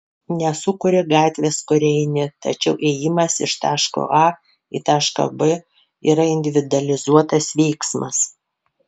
nesukuri gatvės kuria eini tačiau ėjimas iš taško a į tašką b yra individualizuotas veiksmas